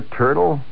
turtle